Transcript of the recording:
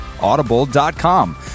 Audible.com